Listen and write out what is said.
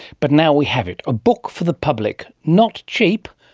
but now we have it, a book for the public, not cheap,